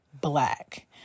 black